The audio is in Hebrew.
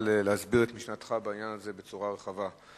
להסביר את משנתך בעניין הזה בצורה רחבה.